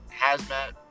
Hazmat